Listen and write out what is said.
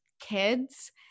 kids